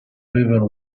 avevano